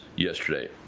Yesterday